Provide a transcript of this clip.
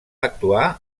actuar